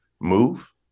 move